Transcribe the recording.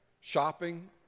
shopping